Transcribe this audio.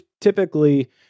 typically